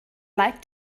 like